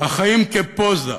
"החיים כפוזה",